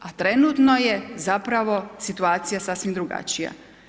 A trenutno je zapravo situacija sasvim drugačija.